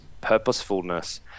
purposefulness